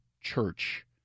church